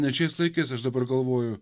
net šiais laikais aš dabar galvoju